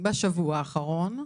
בשבוע האחרון.